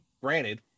Granted